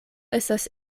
estas